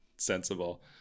sensible